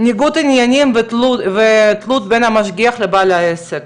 ניגוד עניינים ותלות בין המשגיח לבעל העסק.